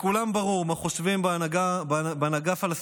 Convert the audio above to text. לכולם ברור מה חושבים בהנהגה הפלסטינית